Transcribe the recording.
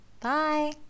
Bye